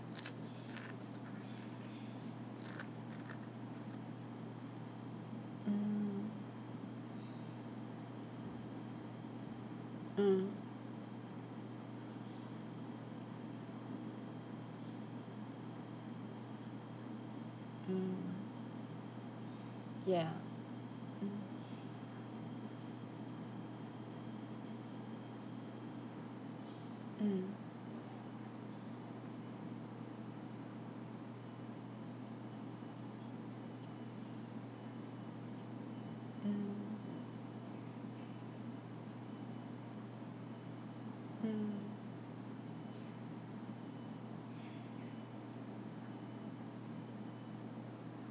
mm mm mm ya mmhmm mm mm mm